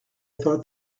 thought